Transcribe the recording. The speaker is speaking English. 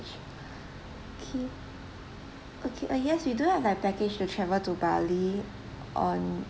okay okay uh yes we do have a package to travel to bali on